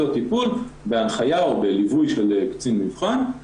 בהנחיה או בליווי של קצין מבחן.